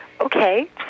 Okay